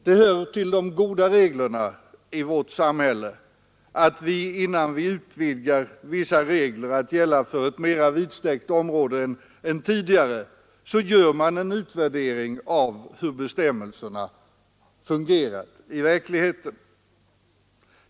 Det hör till de goda reglerna i vårt samhälle att vi, innan vi utvidgar vissa bestämmelser att gälla ett mer vidsträckt område än tidigare, gör en utvärdering av hur bestämmelserna fungerat i verkligheten.